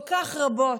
כל כך רבות.